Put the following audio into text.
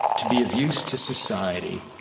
to be of use to society,